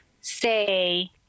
say